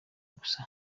gusa